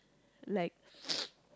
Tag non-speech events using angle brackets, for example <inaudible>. like <noise>